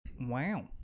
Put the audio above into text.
Wow